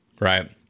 Right